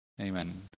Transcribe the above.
Amen